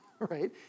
right